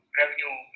revenue